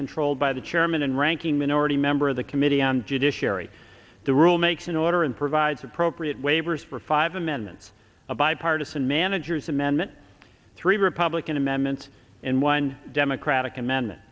controlled by the chairman and ranking minority member of the committee and judiciary the rule makes an order and provides appropriate waivers for five amendments a bipartisan manager's amendment three republican amendment in one democratic amendment